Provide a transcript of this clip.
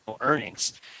earnings